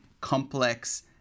complex